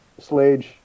slage